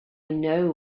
know